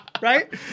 Right